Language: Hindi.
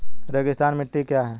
रेगिस्तानी मिट्टी क्या है?